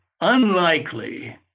unlikely